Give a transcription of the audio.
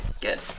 Good